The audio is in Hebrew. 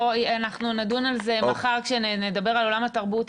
אנחנו נדון על זה מחר כשנדבר על עולם התרבות,